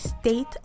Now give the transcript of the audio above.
state